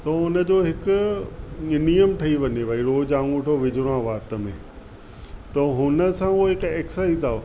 त हुन जो हिकु नि नियम ठही वञे भई रोज़ु आङूठो विझिणो आहे वाति में त हुन सां उहे हिकु एक्साइज़ आहे